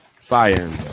fire